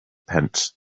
pence